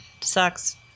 Sucks